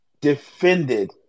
defended